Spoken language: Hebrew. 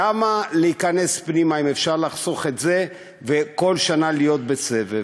למה להיכנס פנימה אם אפשר לחסוך את זה וכל שנה להיות בסבב?